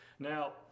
Now